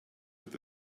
with